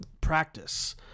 practice